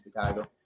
Chicago